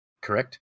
correct